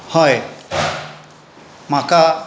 हय म्हाका